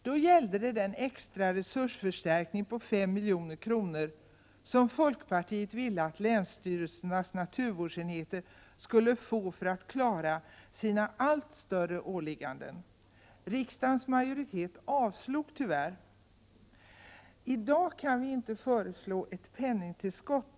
Då gällde det den extra resursförstärkning om 5 milj.kr. som folkpartiet ville att länsstyrelsernas naturvårdsenheter skulle få för att klara sina allt större åligganden. Genom riksdagens majoritet blev det tyvärr avslag. I dag kan vi inte föreslå ett penningtillskott.